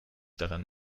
daran